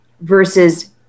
versus